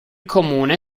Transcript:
comune